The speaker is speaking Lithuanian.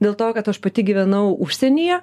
dėl to kad aš pati gyvenau užsienyje